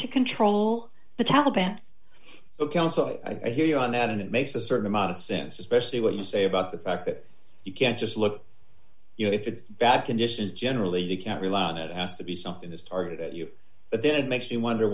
to control the taliban ok and so i hear you on that and it makes a certain amount of sense especially what you say about the fact that you can't just look you know it's bad conditions generally you can't rely on it as to be something that's targeted at you but then it makes you wonder